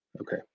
Okay